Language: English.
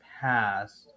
past